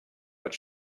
but